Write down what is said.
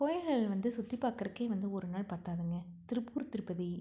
கோயில்கள் வந்து சுற்றிப் பார்க்கறக்கே வந்து ஒரு நாள் பற்றாதுங்க திருப்பூர் திருப்பதி